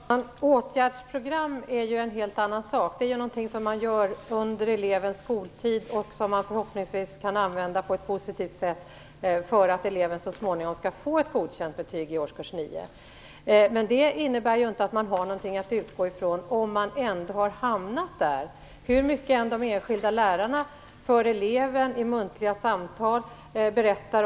Herr talman! Åtgärdsprogram är ju en helt annan sak. Det är någonting som man gör under elevens skoltid och som man förhoppningsvis kan använda på ett positivt sätt, så att eleven så småningom får ett godkänt betyg i årskurs 9. Det innebär inte att man har någonting att utgå ifrån om eleven ändå inte har blivit godkänd. När det har gått något år vill eleven kanske komplettera sitt betyg.